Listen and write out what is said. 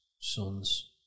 sons